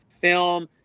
film